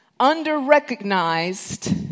under-recognized